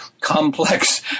complex